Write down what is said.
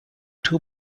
two